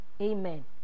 Amen